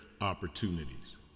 opportunities